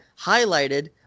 highlighted